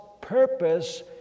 purpose